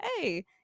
hey